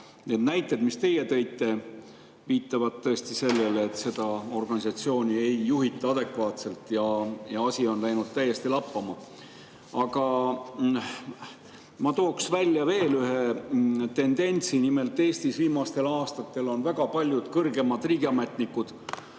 näited, mis te tõite, viitavad tõesti sellele, et seda organisatsiooni ei juhita adekvaatselt ja asi on läinud täiesti lappama. Aga ma tooksin välja veel ühe tendentsi. Nimelt, Eestis on viimastel aastatel olnud väga palju kõrgemaid riigiametnikke